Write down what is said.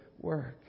work